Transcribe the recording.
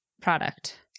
product